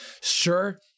Sure